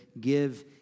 give